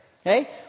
okay